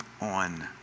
on